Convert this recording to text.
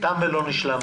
תם ולא נשלם.